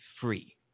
free